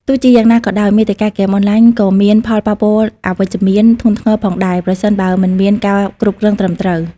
ទោះជាយ៉ាងណាក៏ដោយ មាតិកាហ្គេមអនឡាញក៏មាន ផលប៉ះពាល់អវិជ្ជមាន ធ្ងន់ធ្ងរផងដែរ ប្រសិនបើមិនមានការគ្រប់គ្រងត្រឹមត្រូវ។